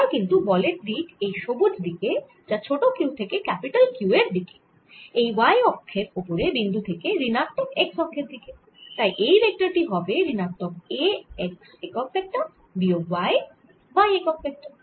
এবার কিন্তু বলের দিক এই সবুজ দিকে যা ছোট q থেকে ক্যাপিটাল Q এর দিকে এই y অক্ষের ওপরে বিন্দু থেকে ঋণাত্মক x অক্ষের দিকে তাই এই ভেক্টর টি হবে ঋণাত্মক a x একক ভেক্টর বিয়োগ y y একক ভেক্টর